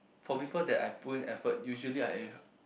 for people that I put in effort usually I air hug